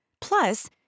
Plus